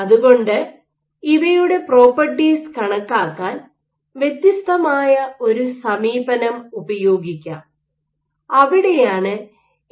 അതുകൊണ്ട് ഇവയുടെ പ്രോപ്പർട്ടീസ് കണക്കാക്കാൻ വ്യത്യസ്തമായ ഒരു സമീപനം ഉപയോഗിക്കാം അവിടെയാണ് എ